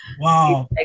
Wow